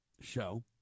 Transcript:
show